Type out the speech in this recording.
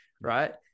right